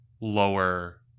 lower